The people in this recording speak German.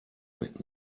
mit